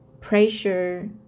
pressure